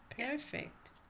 Perfect